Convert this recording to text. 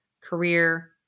career